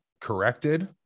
corrected